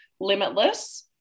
Limitless